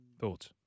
Thoughts